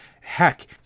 Heck